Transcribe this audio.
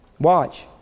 Watch